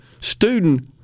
student